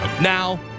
Now